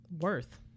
worth